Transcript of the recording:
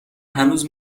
هنوز